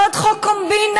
עוד חוק קומבינה?